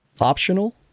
optional